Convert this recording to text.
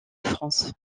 france